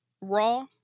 Raw